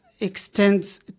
extends